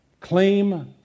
claim